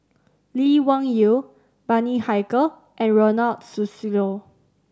Lee Wung Yew Bani Haykal and Ronald Susilo